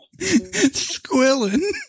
Squilling